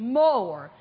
more